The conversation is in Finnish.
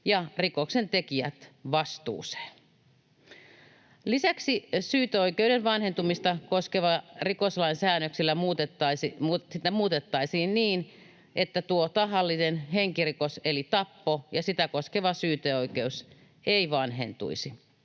ja rikoksentekijät vastuuseen. Lisäksi syyteoikeuden vanhentumista koskevan rikoslain säännöstä muutettaisiin niin, että tahallinen henkirikos eli tappo ja sitä koskeva syyteoikeus eivät vanhentuisi,